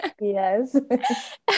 yes